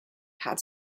had